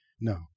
No